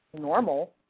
normal